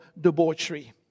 debauchery